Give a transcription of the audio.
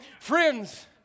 Friends